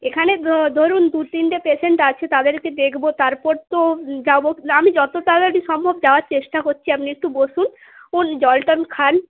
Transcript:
এখানে ধরুন দু তিনটে পেশেন্ট আছে তাদেরকে দেখব তারপর তো যাব আমি যত তাড়াতাড়ি সম্ভব যাওয়ার চেষ্টা করছি আপনি একটু বসুন জল টল খান